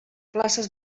places